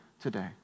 today